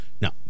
No